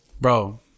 Bro